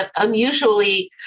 unusually